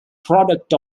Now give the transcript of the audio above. product